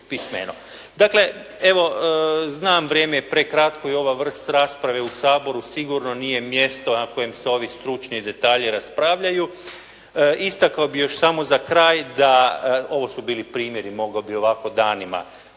Dakle evo, znam vrijeme je prekratko i ova vrst rasprave u Saboru sigurno nije mjesto na kojem se ovi stručni detalji raspravljaju. Istakao bih još samo za kraj da ovo su bili primjeri, mogao bih ovako danima